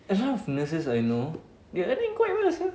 a lot of nurses I know they are earning quite well sia